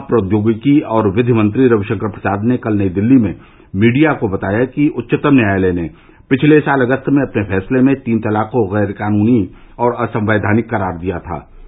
सूचना प्रौद्योगिकी और विधि मंत्री रविशंकर प्रसाद ने कल नई दिल्ली में मीडिया को बताया कि उच्चतम न्यायालय ने पिछले साल अगस्त में अपने फैसले में तीन तलाक को गैर कानूनी और असंवैधानिक करार दिया था